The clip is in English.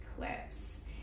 eclipse